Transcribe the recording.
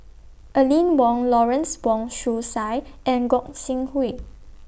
Aline Wong Lawrence Wong Shyun Tsai and Gog Sing Hooi